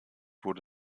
wurde